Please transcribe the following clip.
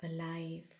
alive